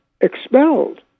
expelled